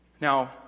Now